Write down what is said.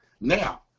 Now